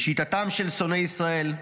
לשיטתם של שונאי ישראל,